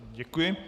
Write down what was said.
Děkuji.